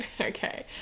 Okay